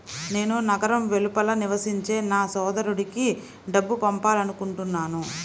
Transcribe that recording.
నేను నగరం వెలుపల నివసించే నా సోదరుడికి డబ్బు పంపాలనుకుంటున్నాను